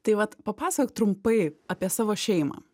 tai vat papasakok trumpai apie savo šeimą